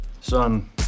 Son